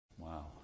wow